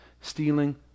stealing